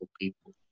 people